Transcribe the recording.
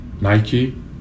Nike